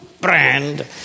brand